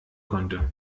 konnte